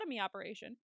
operation